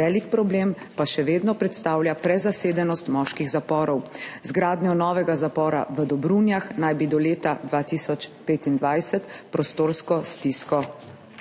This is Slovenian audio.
velik problem pa še vedno predstavlja prezasedenost moških zaporov. Z gradnjo novega zapora v Dobrunjah naj bi do leta 2025 prostorsko stisko